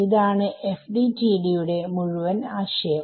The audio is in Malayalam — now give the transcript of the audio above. ഇതാണ് FDTD യുടെ മുഴുവൻ ആശയം